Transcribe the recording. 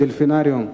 ב"דולפינריום",